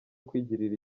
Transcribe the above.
kwigirira